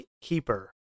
keeper